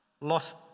lost